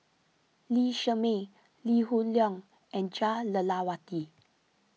Lee Shermay Lee Hoon Leong and Jah Lelawati